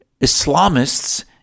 Islamists